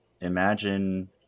imagine